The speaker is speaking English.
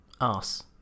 ass